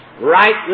right